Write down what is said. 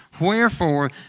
Wherefore